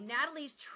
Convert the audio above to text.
Natalie's